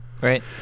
Right